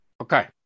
Okay